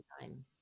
time